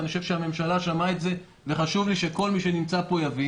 ואני חושב שהממשלה שמעה את זה וחשוב לי שכל מי שנמצא פה יבין